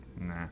Nah